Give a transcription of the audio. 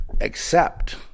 accept